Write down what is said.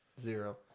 Zero